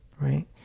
right